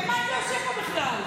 למה אתה יושב פה בכלל?